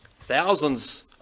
Thousands